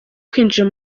kwinjira